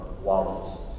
wallets